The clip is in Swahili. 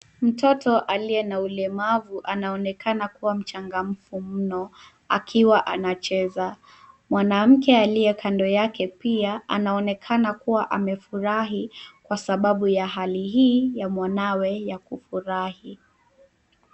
Mtoto aliye na ulemavu anaonekana kuwa mchangamfu mno akiwa anacheza. Mwanamke aliye kando yake pia anaonekana kuwa amefurahi kwa sababu ya hali hii ya mwanawe ya kufurahi.